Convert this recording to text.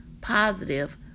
positive